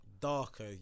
darker